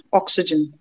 oxygen